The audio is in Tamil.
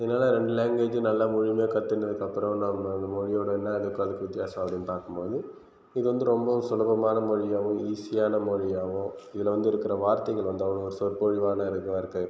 என்னால் ரெண்டு லாங்குவேஜூம் நல்லா முழுமையாக கற்றுகினதுக்கு அப்புறோம் நம் மொழியோட என்னா இதுக்கும் அதுக்கும் வித்தியாசம் அப்படின்னு பார்க்கும் போது இது வந்து ரொம்ப சுலபமான மொழியாகவும் ஈசியான மொழியாகவும் இதில் வந்து இருக்கிற வார்த்தைகள் வந்து அவ்வளோ ஒரு சொற்பொழிவான இதுவாகருக்கு